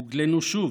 הוגלינו שוב,